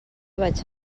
vaig